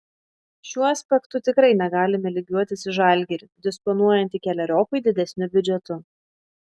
šiuo aspektu tikrai negalime lygiuotis į žalgirį disponuojantį keleriopai didesniu biudžetu